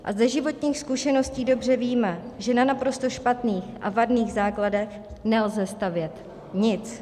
A ze životních zkušeností dobře víme, že na naprosto špatných a vadných základech nelze stavět nic.